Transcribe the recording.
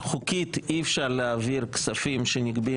כי חוקית אי-אפשר להעביר כספים שנגבים